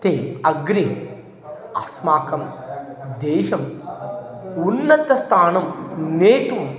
ते अग्रे अस्माकं देशं उन्नतस्थानं नेतुं